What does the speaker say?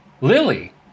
Lily